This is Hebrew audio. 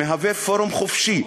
מהווה פורום חופשי,